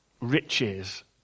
riches